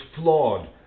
flawed